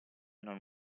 non